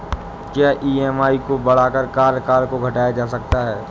क्या ई.एम.आई को बढ़ाकर कार्यकाल को घटाया जा सकता है?